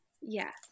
Yes